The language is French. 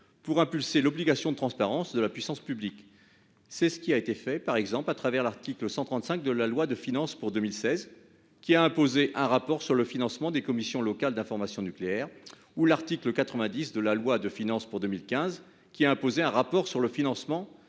d'impulser l'obligation de transparence de la puissance publique. C'est ce qui a été fait, par exemple, à l'article 135 de la loi de finances du 29 décembre 2015 pour 2016, qui a imposé un rapport sur le financement des commissions locales d'information nucléaire, ou à l'article 90 de la loi de finances du 29 décembre 2014 pour 2015, qui a imposé un rapport sur le financement